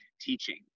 teaching